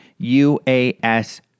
UAS